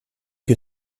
que